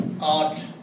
art